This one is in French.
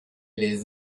les